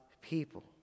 people